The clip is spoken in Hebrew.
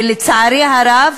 ולצערי הרב,